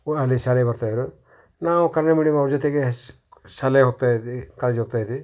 ಶಾಲೆಗೆ ಬರ್ತಾ ಇದ್ದರು ನಾವು ಕನ್ನಡ ಮೀಡ್ಯಂ ಅವ್ರ ಜೊತೆಗೆ ಶಾಲೆಗೆ ಹೋಗ್ತಾ ಇದ್ವಿ ಕಾಲೇಜ್ ಹೋಗ್ತಾ ಇದ್ವಿ